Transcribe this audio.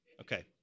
Okay